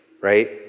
Right